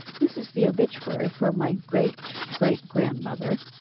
this is the obituary for my great great grandmother,